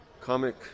comic